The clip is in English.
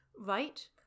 right